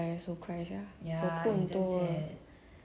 我第一个宠物 mah then like suddenly 他